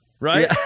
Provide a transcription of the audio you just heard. right